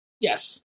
Yes